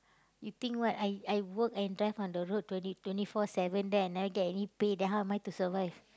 you think what I I work and drive on the road twenty twenty four seven then I never get any pay then how am I to survive